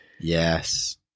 Yes